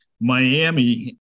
Miami